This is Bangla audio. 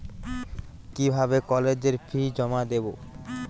কিভাবে কলেজের ফি জমা দেবো?